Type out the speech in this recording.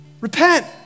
Repent